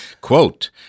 Quote